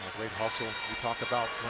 great hustle. you talk about